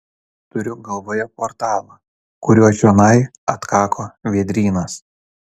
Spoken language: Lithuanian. turiu galvoje portalą kuriuo čionai atkako vėdrynas